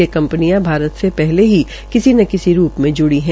ये कंपनियां भारत से पहले किसी न किसी रूप में ज्ड़ी है